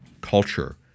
culture